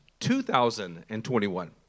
2021